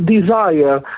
desire